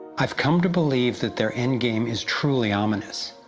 i've come to believe that their endgame is truly ominous,